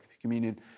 communion